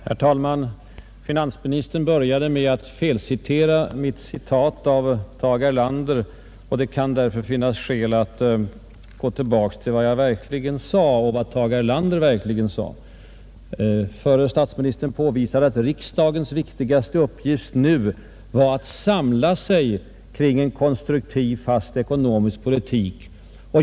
Herr talman! Finansministern började med att felaktigt återge mitt citat av Tage Erlander och det finns därför skäl att gå tillbaka till vad jag verkligen sade och vad Tage Erlander verkligen sade. Förre statsministern påvisade att riksdagens viktigaste uppgift nu var ”att samla sig kring en konstruktiv, fast ekonomisk politik”.